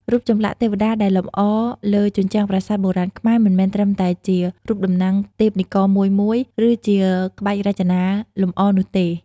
រូបចម្លាក់ទេវតាដែលលម្អលើជញ្ជាំងប្រាសាទបុរាណខ្មែរ មិនមែនត្រឹមតែជារូបតំណាងទេពនិករមួយៗ ឬជាក្បាច់រចនាលម្អនោះទេ។